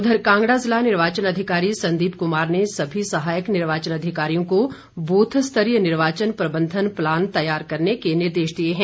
उधर कांगड़ा जिला निर्वाचन अधिकारी संदीप कुमार ने सभी सहायक निर्वाचन अधिकारयों को ब्रथ स्तरीय निर्वाचन प्रबंधन प्लान तैयार करने के निर्देश दिए हैं